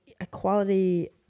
equality